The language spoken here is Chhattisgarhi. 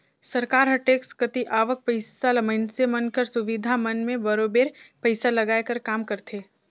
सरकार हर टेक्स कती आवक पइसा ल मइनसे मन कर सुबिधा मन में बरोबेर पइसा लगाए कर काम करथे